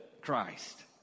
Christ